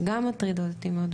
שגם מטרידות אותי מאוד.